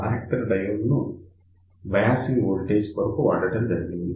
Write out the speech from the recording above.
varactor diodes ను biasing voltage కొరకు వాడటం జరిగింది